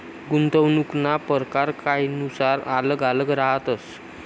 गुंतवणूकना परकार कायनुसार आल्लग आल्लग रहातस